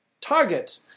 target